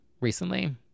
recently